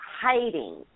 hiding